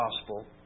gospel